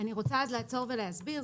אני רוצה לעצור ולהסביר.